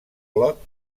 clot